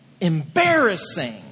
embarrassing